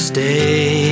Stay